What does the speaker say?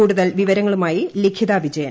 കൂടുതൽ വിവരങ്ങളുമായി ലിഖിത വിജയൻ